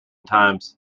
times